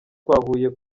twahuye